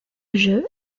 jeu